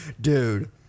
dude